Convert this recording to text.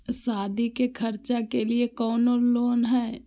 सादी के खर्चा के लिए कौनो लोन है?